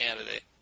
candidate